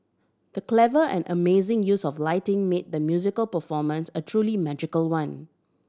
the clever and amazing use of lighting made the musical performance a truly magical one